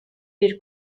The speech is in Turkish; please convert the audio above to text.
bir